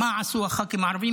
מה עשו הח"כים הערבים?